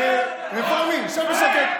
רפורמי, תשב בשקט.